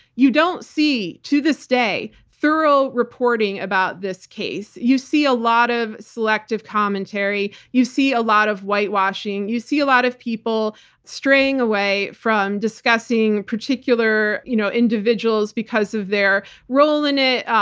you don't see to this day thorough reporting about this case. you see a lot of selective commentary. you see a lot of whitewashing. you see a lot of people straying away from discussing particular you know individuals because of their role in it,